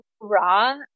raw